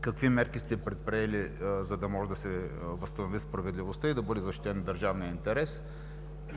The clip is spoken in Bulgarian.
Какви мерки сте предприели, за да може да се възстанови справедливостта и да бъде защитен държавният интерес,